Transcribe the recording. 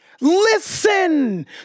Listen